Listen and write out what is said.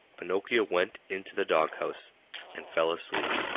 pinocchio went into the doghouse and fell asleep.